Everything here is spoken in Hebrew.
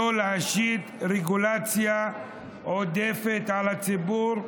שלא להשית רגולציה עודפת על הציבור,